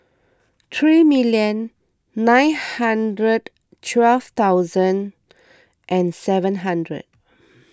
three million nine hundred twelve thousand and seven hundred